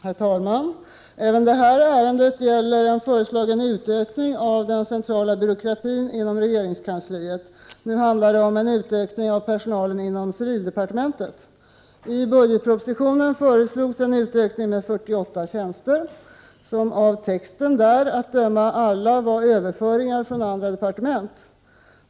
Herr talman! Även detta ärende gäller en föreslagen utökning av den centrala byråkratin inom regeringskansliet. Det handlar nu om en utökning av personalen inom civildepartementet. I budgetpropositionen föreslås en utökning med 48 tjänster, vilka, av texten i budgetpropositionen att döma, alla är överföringar från andra departement.